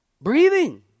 breathing